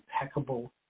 impeccable